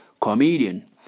comedian